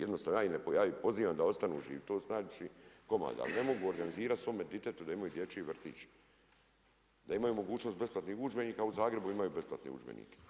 Jednostavno ja ih pozivam da ostanu živjeti tu, to … ali ne mogu organizirati svome ditetu da imaju dječji vrtić, da imaju mogućnost besplatnih udžbenika, a u Zagrebu imaju besplatne udžbenike.